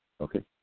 Okay